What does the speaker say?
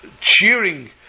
cheering